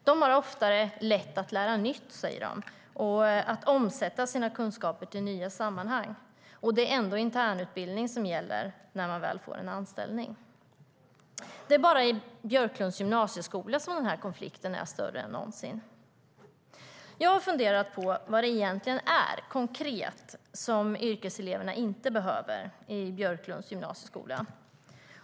De säger att dessa elever ofta har lättare att lära nytt och omsätta sina kunskaper i nya sammanhang och att det ändå är internutbildning som gäller när man väl får en anställning. Det är bara i Björklunds gymnasieskola som denna konflikt är större än någonsin. Jag har funderat på vad det egentligen är - konkret - som yrkeseleverna inte behöver i Björklunds gymnasieskola.